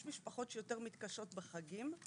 יש משפחות שיותר מתקשות בחגים,